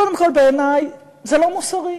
קודם כול, בעיני זה לא מוסרי.